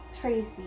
Tracy